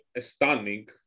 stunning